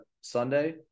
Sunday